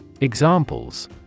Examples